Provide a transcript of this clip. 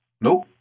nope